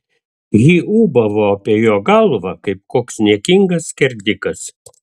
ji ūbavo apie jo galvą kaip koks niekingas skerdikas